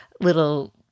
little